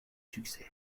succès